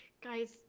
guys